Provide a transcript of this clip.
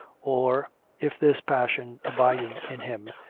or if this passion abided in him,